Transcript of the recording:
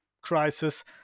crisis